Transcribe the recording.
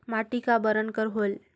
माटी का बरन कर होयल?